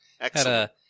Excellent